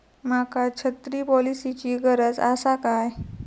माका छत्री पॉलिसिची गरज आसा काय?